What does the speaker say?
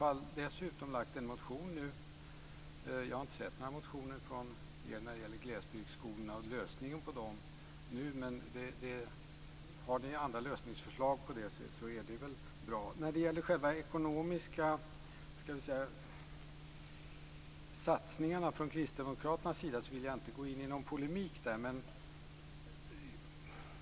Vi har dessutom lagt en motion - jag har inte sett någon motion från er när det gäller glesbygdsskolorna. Har ni andra lösningsförslag, så är det väl bra. När det gäller de ekonomiska satsningarna från Kristdemokraternas sida vill jag inte gå in i någon polemik.